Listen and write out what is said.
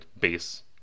base